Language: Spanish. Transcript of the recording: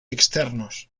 externos